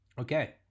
okay